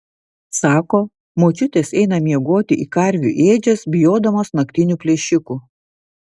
sako močiutės eina miegoti į karvių ėdžias bijodamos naktinių plėšikų